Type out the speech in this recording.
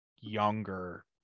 younger